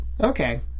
Okay